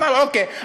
ואז אמר: אוקיי,